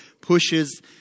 pushes